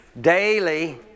Daily